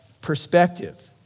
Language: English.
perspective